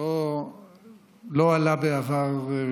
לא עלה בעבר.